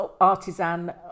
artisan